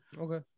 Okay